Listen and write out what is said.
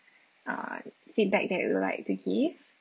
uh feedback that you'd like to give